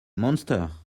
monster